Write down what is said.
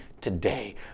today